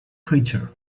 creature